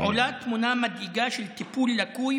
עולה תמונה מדאיגה של טיפול לקוי,